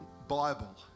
Bible